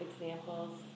examples